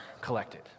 collected